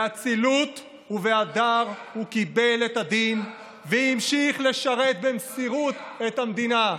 באצילות ובהדר הוא קיבל את הדין והמשיך לשרת במסירות את המדינה.